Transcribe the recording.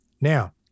Now